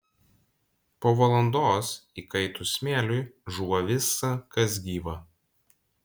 po valandos įkaitus smėliui žūva visa kas gyva